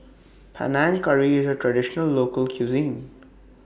Panang Curry IS A Traditional Local Cuisine